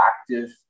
active